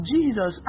Jesus